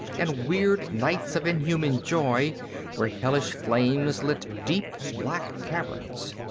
and weird nights of inhuman joy where hellish flames lit deep, black caverns.